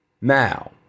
Now